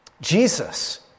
Jesus